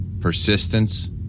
persistence